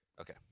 Okay